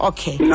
Okay